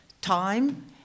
time